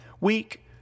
weak